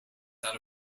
that